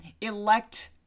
Elect